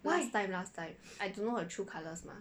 last time last time I don't know her true colors mah